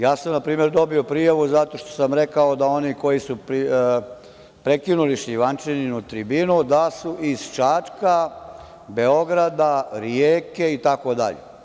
Na primer, ja sam dobio prijavu zato što sam rekao da oni koji su prekinuli Šljivančaninu tribinu, da su iz Čačka, Beograda, Rijeke, itd.